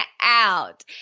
out